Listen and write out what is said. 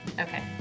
Okay